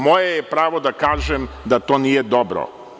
Moje je pravo da kažem da to nije dobro.